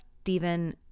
Stephen